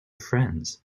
friends